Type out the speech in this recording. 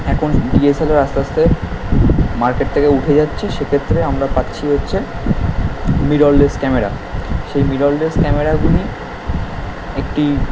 এখন ডিএসএলআর আস্তে আস্তে মার্কেট থেকে উঠে যাচ্ছে সে ক্ষেত্রে আমরা পাচ্ছি হচ্ছে মিররলেস ক্যামেরা সেই মিররলেস ক্যামেরাগুলি একটি